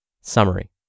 Summary